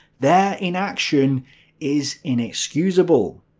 their inaction is inexcusable.